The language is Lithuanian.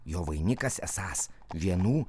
jo vainikas esąs vienų